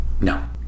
No